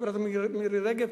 חברת הכנסת מירי רגב,